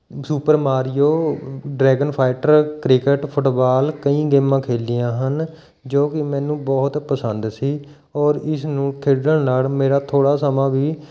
super Mario Dragon Fighter cricket football ਕਈ ਗੇਮਾਂ ਖੇਲੀਆਂ ਹਨ ਜੋ ਕਿ ਮੈਨੂੰ ਬਹੁਤ ਪਸੰਦ ਸੀ ਔਰ ਇਸ ਨੂੰ ਖੇਡਣ ਨਾਲ਼ ਮੇਰਾ ਥੋੜ੍ਹਾ ਸਮਾਂ ਵੀ